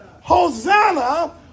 Hosanna